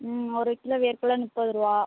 ம் ஒரு கிலோ வேர்க்கடல முப்பது ரூபா